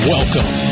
Welcome